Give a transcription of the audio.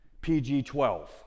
PG-12